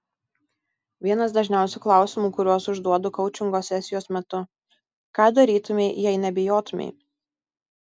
vienas dažniausių klausimų kuriuos užduodu koučingo sesijos metu ką darytumei jei nebijotumei